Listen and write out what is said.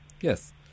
yes